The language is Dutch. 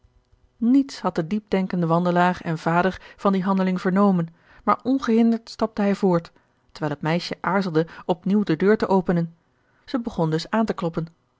niets had de diepdenkende wandelaar en vader van die handeling vernomen maar ongehinderd stapte hij voort terwijl het meisje aarzelde op nieuw de deur te openen zij begon dus aan te kloppen